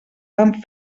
vam